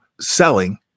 selling